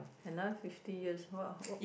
another fifty years what